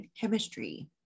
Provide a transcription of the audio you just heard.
Chemistry